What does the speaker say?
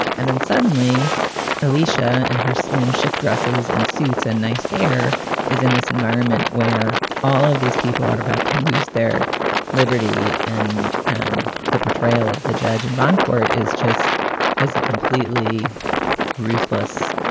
and then suddenly alicia and her slim shift dresses and suits and nice hair is in this environment where all of these people are about to lose their liberty. and um the portrayal of the judge in bond court is just as a completely ruthless,